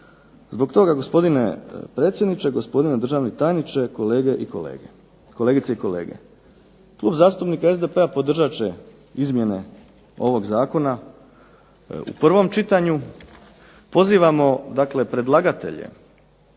Zbog toga gospodine predsjedniče, gospodine državni tajniče, kolegice i kolege, Klub zastupnika SDP-a podržat će izmjene ovog zakona u prvom čitanju. Pozivamo dakle predlagatelje